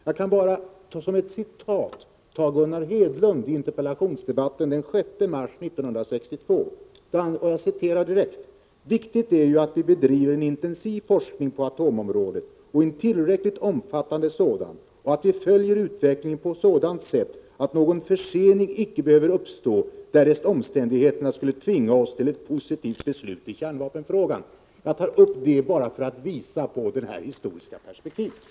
Jag skall citera Gunnar Hedlund i interpellationsdebatten den 6 mars 1962: ”Viktigt är ju att vi bedriver en intensiv forskning på atomområdet och en tillräckligt omfattande sådan och att vi följer utvecklingen på ett sådant sätt att någon försening icke behöver uppstå därest omständigheterna skulle tvinga oss till ett positivt beslut i kärnvapenfrågan.” Jag tar upp detta bara för att visa på det historiska perspektivet.